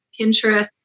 Pinterest